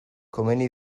komeni